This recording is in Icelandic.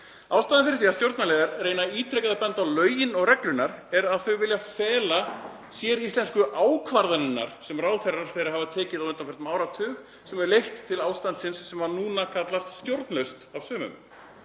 Ástæðan fyrir því að stjórnarliðar reyna ítrekað að benda á lögin og reglurnar er að þau vilja fela séríslensku ákvarðanirnar sem ráðherrar þeirra hafa tekið á undanförnum áratug, sem hafa leitt til ástandsins, sem núna er kallað stjórnlaust af sumum.